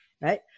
right